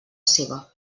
seva